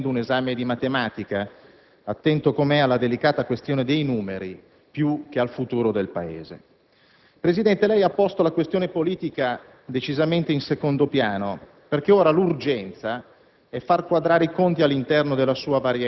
Ho invece la sensazione che lei stia sostenendo un esame di matematica, attento come è alla delicata questione dei numeri, più che al futuro del Paese. Presidente, lei ha posto la questione politica decisamente in secondo piano, perché ora l'urgenza